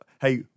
hey